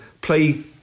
play